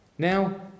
Now